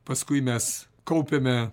paskui mes kaupiame